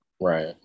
right